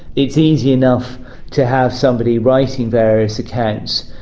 it's easy enough to have somebody writing various accounts,